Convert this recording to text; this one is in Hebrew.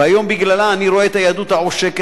והיום בגללה אני רואה את היהדות העושקת,